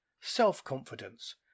self-confidence